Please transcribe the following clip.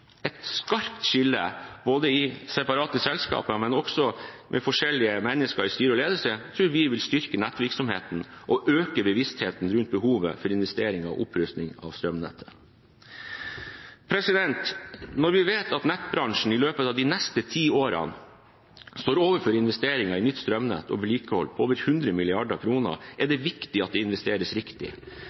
Et skarpt skille, både i separate selskaper og med forskjellige mennesker i styre og ledelse, tror jeg vil styrke nettvirksomheten og øke bevisstheten rundt behovet for investering og opprusting av strømnettet. Når vi vet at nettbransjen i løpet av de neste ti årene står overfor investeringer i nytt strømnett og vedlikehold på over 100 mrd. kr, er det viktig at det investeres riktig.